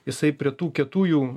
jisai prie tų kietųjų